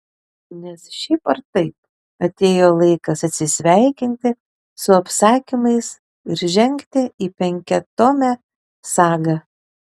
nes šiaip ar taip atėjo laikas atsisveikinti su apsakymais ir žengti į penkiatomę sagą